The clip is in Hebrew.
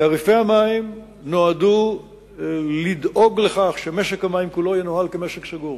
תעריפי המים נועדו לדאוג לכך שמשק המים כולו ינוהל כמשק סגור.